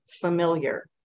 familiar